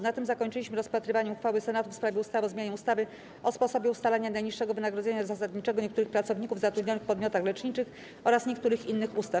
Na tym zakończyliśmy rozpatrywanie uchwały Senatu w sprawie ustawy o zmianie ustawy o sposobie ustalania najniższego wynagrodzenia zasadniczego niektórych pracowników zatrudnionych w podmiotach leczniczych oraz niektórych innych ustaw.